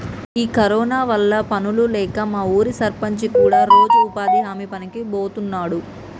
ఈ కరోనా వల్ల పనులు లేక మా ఊరి సర్పంచి కూడా రోజు ఉపాధి హామీ పనికి బోతున్నాడు